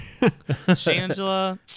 Shangela